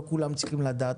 לא כולם צריכים לדעת.